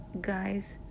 guys